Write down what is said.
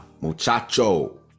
muchacho